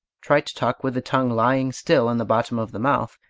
try to talk with the tongue lying still in the bottom of the mouth,